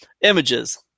Images